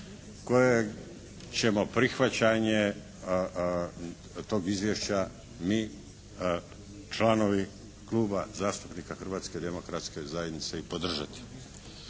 koje ćemo prihvaćanje tog izvješća mi članovi kluba zastupnika Hrvatske demokratske zajednice i podržati.